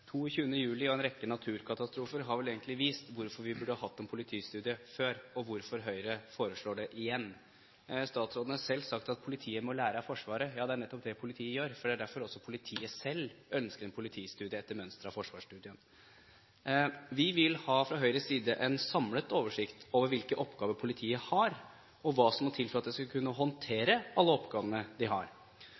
juli og en rekke naturkatastrofer har vel egentlig vist hvorfor vi burde hatt en politistudie før, og hvorfor Høyre foreslår det igjen. Statsråden har selv sagt at politiet må lære av Forsvaret – ja, det er nettopp det politiet gjør; det er derfor også politiet selv ønsker en politistudie etter mønster av Forsvarsstudien. Vi vil fra Høyres side ha en samlet oversikt over hvilke oppgaver politiet har, og hva som må til for at de skal kunne håndtere alle oppgavene de har.